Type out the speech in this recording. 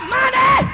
money